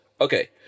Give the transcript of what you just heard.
okay